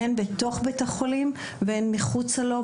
הן בתוך בית החולים והן מחוצה לו,